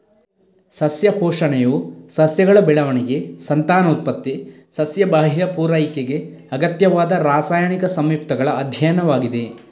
ಸಸ್ಯ ಪೋಷಣೆಯು ಸಸ್ಯಗಳ ಬೆಳವಣಿಗೆ, ಸಂತಾನೋತ್ಪತ್ತಿ, ಸಸ್ಯ ಬಾಹ್ಯ ಪೂರೈಕೆಗೆ ಅಗತ್ಯವಾದ ರಾಸಾಯನಿಕ ಸಂಯುಕ್ತಗಳ ಅಧ್ಯಯನವಾಗಿದೆ